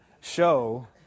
show